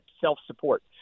self-support